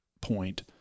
point